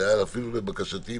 זה היה אפילו לבקשתי,